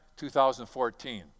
2014